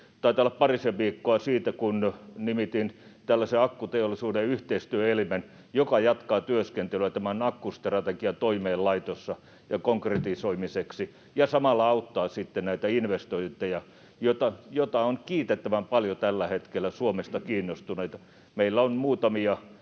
Taitaa olla parisen viikkoa siitä, kun nimitin tällaisen akkuteollisuuden yhteistyöelimen, joka jatkaa työskentelyä akkustrategian toimeenlaitoksi ja konkretisoimiseksi ja samalla auttaa sitten näitä investoijia, joita on kiitettävän paljon tällä hetkellä Suomesta kiinnostuneita. Meillä on muutamia